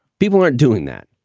people aren't doing that.